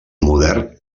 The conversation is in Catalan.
modern